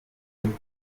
mutwe